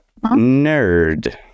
nerd